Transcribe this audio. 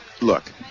Look